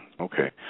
Okay